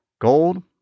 gold